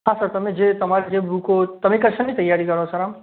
હા સર તમે જે તમારી જે બુકો તમે કે શેની તૈયારી કરો છો આમ